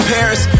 Paris